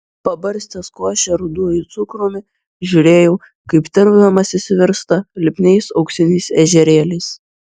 pabarstęs košę ruduoju cukrumi žiūrėjau kaip tirpdamas jis virsta lipniais auksiniais ežerėliais